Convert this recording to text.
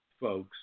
folks